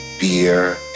beer